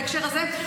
בהקשר הזה.